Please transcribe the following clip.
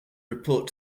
report